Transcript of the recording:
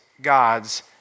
God's